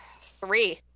Three